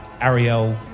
Ariel